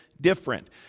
different